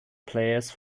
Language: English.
players